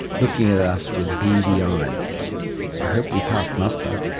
looking at us with beady eyes i hope we passed muster.